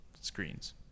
screens